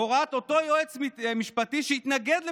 בהוראת אותו יועץ משפטי שהתנגד לפסילתה.